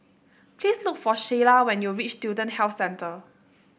please look for Sheilah when you reach Student Health Centre